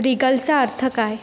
रिगलचा अर्थ काय